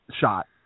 shot